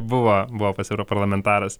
buvo buvo pats europarlamentaras